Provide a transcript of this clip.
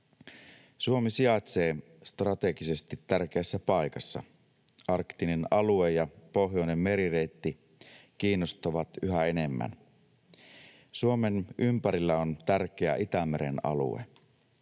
Suomi sijaitsee strategisesti tärkeässä paikassa. Arktinen alue ja pohjoinen merireitti kiinnostavat yhä enemmän. Suomen ympärillä on tärkeä Itämeren alue.